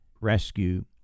rescue